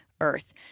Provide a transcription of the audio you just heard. Earth